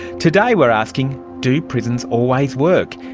today we're asking do prisons always work,